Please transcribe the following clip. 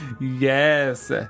Yes